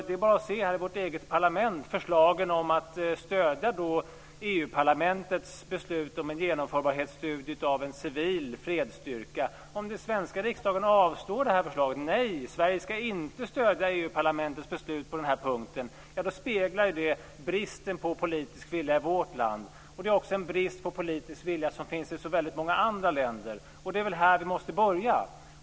Det är bara att se på förslagen i vårt eget parlament om att stödja EU-parlamentets beslut om en genomförbarhetsstudie av en civil fredsstyrka. Om den svenska riksdagen avslår det här förslaget - nej, Sverige ska inte stödja EU-parlamentets beslut på den här punkten - ja, då speglar det bristen på politisk vilja i vårt land. Det är också en brist på politisk vilja som finns i väldigt många andra länder. Det är väl här vi måste börja.